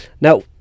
now